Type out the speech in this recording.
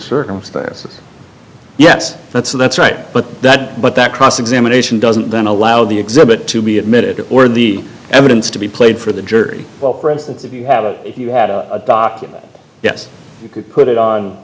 circumstances yes that's that's right but that but that cross examination doesn't then allow the exhibit to be admitted or the evidence to be played for the jury what for instance if you have it if you had a document yes you could put it on